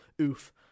Oof